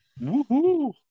Woohoo